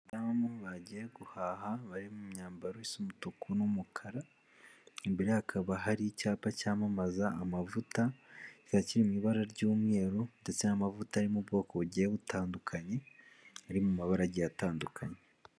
Abadamu bagiye guhaha bari mu myambaro isa umutuku n'umukara imbere hakaba hari icyapa cyamamaza amavuta kikaba kiri mu ibara ry'umweru ndetse n'amavuta ari mu bwoko bugiye butandukanye ari mu mabara agiye atandukanye.